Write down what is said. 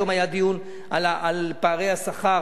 היום היה דיון על פערי השכר,